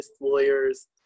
lawyers